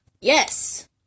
Yes